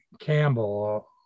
Campbell